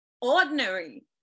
ordinary